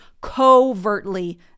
covertly